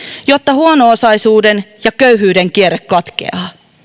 jotta huono osaisuuden ja köyhyyden kierre katkeaa